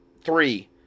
Three